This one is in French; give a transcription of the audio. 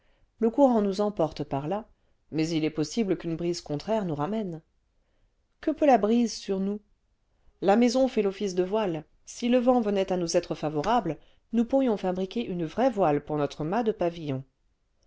le courant nous emporte par là mais il est possible qu'une brise contraire nous ramène que peut la brise sur nous la maison fait loffice de voile sile vent venait à nous être favorable nous pourrions fabriquer une vraie'voile pom nôtrëmâtde pavillon